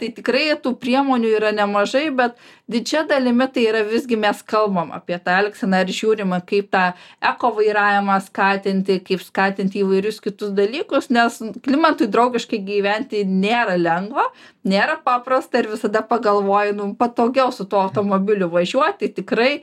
tai tikrai tų priemonių yra nemažai bet didžia dalimi tai yra visgi mes kalbam apie tą elgseną ir žiūrima kaip tą eko vairavimą skatinti kaip skatinti įvairius kitus dalykus nes klimatui draugiškai gyventi nėra lengva nėra paprasta ir visada pagalvoji nu patogiau su tuo automobiliu važiuoti tikrai